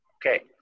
Okay